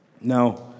Now